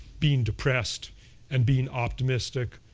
being depressed and being optimistic,